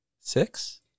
Six